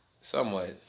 Somewhat